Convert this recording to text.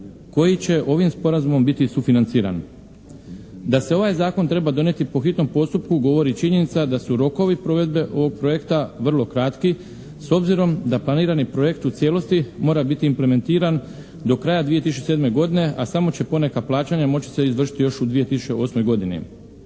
koji će ovim sporazumom biti sufinanciran. Da se ovaj zakon treba donijeti po hitnom postupku govori činjenica da su rokovi provedbe ovog projekta vrlo kratki s obzirom da planirani projekt u cijelosti mora biti implementiran do kraja 2007. godine, a samo će poneka plaćanja moći se izvršiti još u 2008. godini.